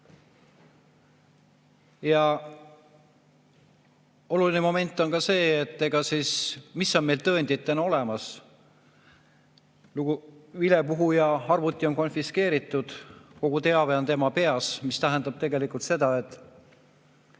Oluline moment on ka see, mis on meil tõenditena olemas. Vilepuhuja arvuti on konfiskeeritud, kogu teave on tema peas, mis tähendab tegelikult seda, et